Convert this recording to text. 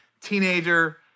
teenager